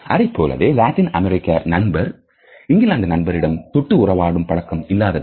அதைப்போலவே லத்தீன் அமெரிக்க நண்பர் இங்கிலாந்து நண்பரிடம் தொட்டு உறவாடும் பழக்கம் இல்லாததை